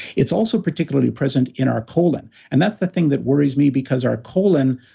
it's also particularly present in our colon. and that's the thing that worries me because our colon